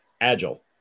agile